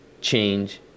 change